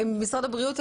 משרד הבריאות,